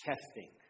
testing